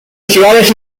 festivales